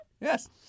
Yes